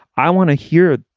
i want to hear.